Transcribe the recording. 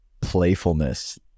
playfulness